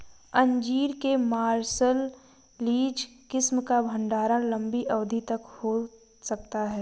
अंजीर के मार्सलीज किस्म का भंडारण लंबी अवधि तक हो सकता है